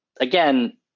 again